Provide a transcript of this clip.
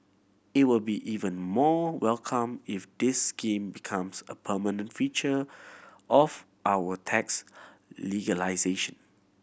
it will be even more welcome if this scheme becomes a permanent feature of our tax